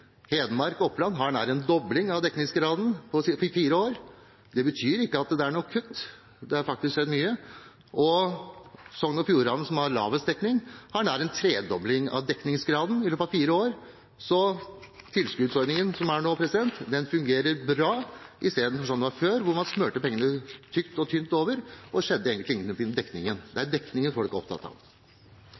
Hedmark og Oppland, har nær en dobling av dekningsgraden på fire år. Det betyr ikke at det er noe kutt, det har faktisk skjedd mye. Sogn og Fjordane, som har lavest dekning, har nær en tredobling av dekningsgraden i løpet av fire år. Så tilskuddsordningen som er nå, fungerer bra, i stedet for slik det var før, at man smurte pengene tykt og tynt utover, og det skjedde ingenting med dekningen. Det er dekningen folk er opptatt av.